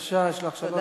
בבקשה, יש לך שלוש דקות.